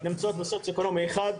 נמצאות במצב סוציואקונומי אחד,